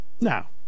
Now